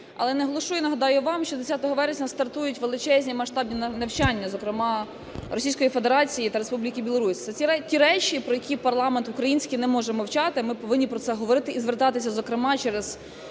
Але наголошу і нагадаю вам, що 10 вересня стартують величезні масштабні навчання, зокрема Російської Федерації та Республіки Білорусь. Це ті речі, про які парламент український не може мовчати, ми повинні про це говорити і звертатися, зокрема, через